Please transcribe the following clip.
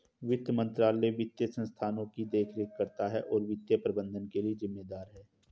वित्त मंत्रालय वित्तीय संस्थानों की देखरेख करता है और वित्तीय प्रबंधन के लिए जिम्मेदार है